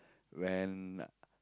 when